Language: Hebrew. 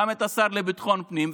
גם את השר לביטחון הפנים,